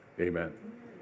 amen